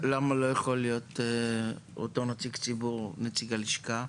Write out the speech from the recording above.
למה אותו נציג ציבור לא יכול להיות נציג הלשכה?